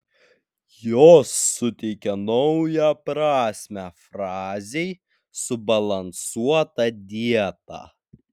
jos suteikia naują prasmę frazei subalansuota dieta